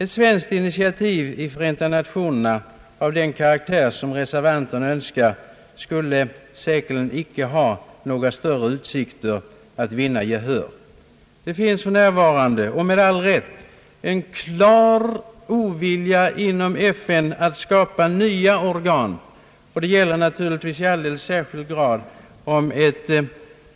Ett svenskt initiativ i FN av den karaktär reservanterna önskar skulle säkerligen icke ha några utsikter att vinna gehör. Det finns för närvarande och med all rätt en klar ovilja inom FN mot att skapa nya organ. Det gäller naturligtvis i alldeles särskild grad därest ett